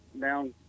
down –